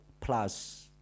plus